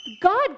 God